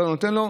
אתה נותן לו.